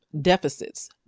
deficits